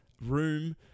room